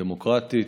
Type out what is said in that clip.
דמוקרטית,